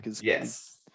Yes